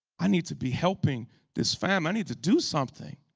i need to be helping this fam i need to do something.